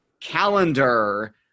calendar